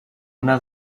una